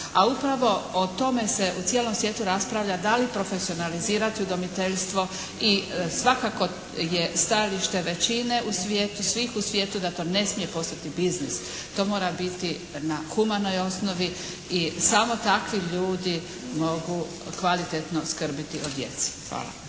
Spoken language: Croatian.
a upravo o tome se u cijelom svijetu raspravlja da li profesionalizirati udomiteljstvo. I svakako je stajalište većine u svijetu, svih u svijetu da to ne smije postati biznis. To mora biti na humanoj osnovi i samo takvi ljudi mogu kvalitetno skrbiti o djeci. Hvala.